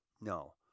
No